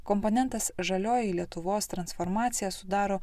komponentas žalioji lietuvos transformacija sudaro